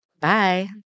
Bye